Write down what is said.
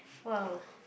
!wow!